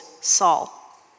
Saul